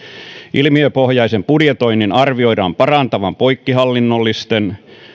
ilmiöpohjaisen budjetoinnin arvioidaan parantavan poikkihallinnollisten